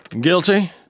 Guilty